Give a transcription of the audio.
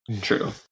True